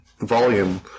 volume